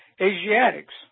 Asiatics